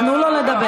תנו לו לדבר.